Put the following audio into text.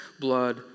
blood